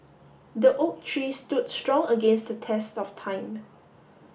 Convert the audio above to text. the oak tree stood strong against the test of time